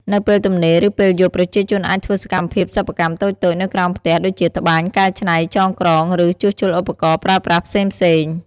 នៅពេលទំនេរ ឬពេលយប់ ប្រជាជនអាចធ្វើសកម្មភាពសិប្បកម្មតូចៗនៅក្រោមផ្ទះ ដូចជា ត្បាញ កែច្នៃ ចងក្រង ឬ ជួសជុលឧបករណ៍ប្រើប្រាស់ ផ្សេងៗ ។